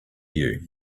you